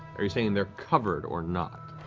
are you saying they're covered or not?